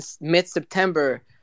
mid-September